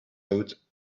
out